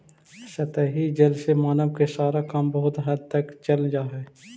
सतही जल से मानव के सारा काम बहुत हद तक चल जा हई